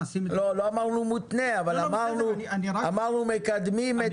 לא אמרנו מותנה אבל אמרנו מקדמים את